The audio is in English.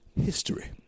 history